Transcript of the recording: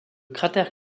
cratère